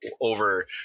over